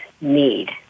need